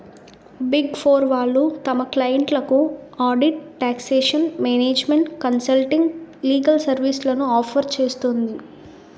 big four వాళ్ళు తమ క్లయింట్లకు audit, taxation, management consulting, legal సర్వీస్లను ఆఫర్ చేస్తుంది